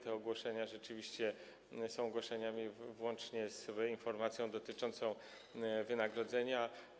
Te ogłoszenia rzeczywiście są ogłoszeniami zawierającymi informację dotyczącą wynagrodzenia.